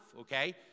okay